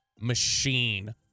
machine